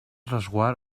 resguard